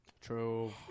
True